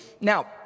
Now